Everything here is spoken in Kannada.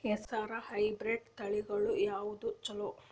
ಹೆಸರ ಹೈಬ್ರಿಡ್ ತಳಿಗಳ ಯಾವದು ಚಲೋ?